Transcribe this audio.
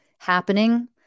happening